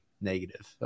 negative